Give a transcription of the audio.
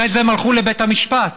אחרי זה הם הלכו לבית המשפט.